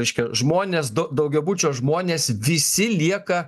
reiškia žmonės du daugiabučio žmonės visi lieka